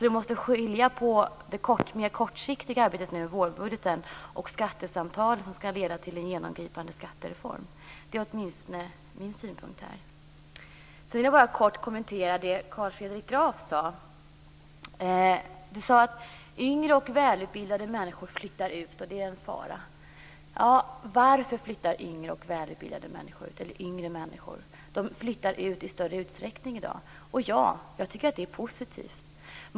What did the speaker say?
Vi måste skilja på det mer kortsiktiga arbetet nu i vårbudgeten och skattesamtalen som skall leda till en genomgripande skattereform. Det är åtminstone min synpunkt. Så vill jag bara kort kommentera det som Carl Fredrik Graf sade. Han sade att yngre och välutbildade människor flyttar ut och att det är en fara. Varför flyttar yngre människor ut? Ja, de flyttar ut i större utsträckning i dag, och jag tycker att det är positivt.